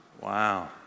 Wow